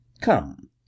Come